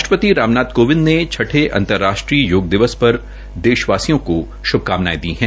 राष्ट्रपति राम नाथ कोविंद ने छठे अंतर्राष्ट्रीय योग दिवस पर देशवासियों को श्भकामनायें दी है